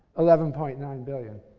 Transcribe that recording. eleven point nine billion